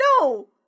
No